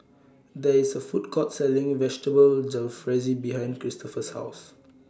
There IS A Food Court Selling Vegetable Jalfrezi behind Cristofer's House